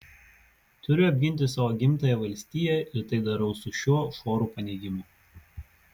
turiu apginti savo gimtąją valstiją ir tai darau su šiuo šuoru paneigimų